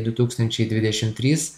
du tūkstančiai dvidešimt trys